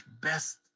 best